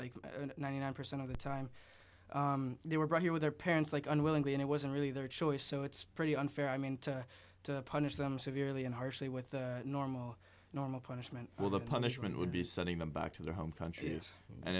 like ninety nine percent of the time they were brought here with their parents like unwillingly and it wasn't really their choice so it's pretty unfair i mean to punish them severely and harshly with the normal normal punishment well the punishment would be sending them back to their home country and